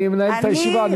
אני מנהל את הישיבה.